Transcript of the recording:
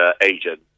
agent